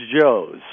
Joes